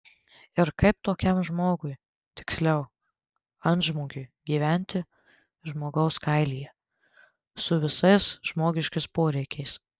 ir kaip tokiam žmogui tiksliau antžmogiui gyventi žmogaus kailyje su visais žmogiškais poreikiais